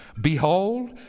Behold